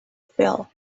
feel